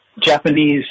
Japanese